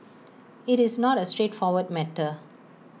IT is not A straightforward matter